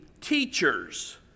teachers